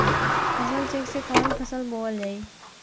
फसल चेकं से कवन फसल बोवल जाई?